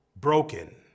Broken